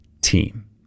team